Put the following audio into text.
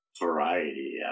variety